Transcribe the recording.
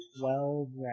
twelve